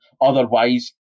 otherwise